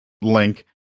link